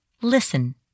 listen